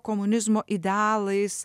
komunizmo idealais